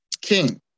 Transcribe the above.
King